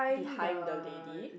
behind the lady